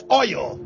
oil